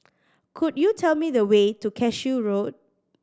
could you tell me the way to Cashew Road